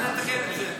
צריך לתקן את זה.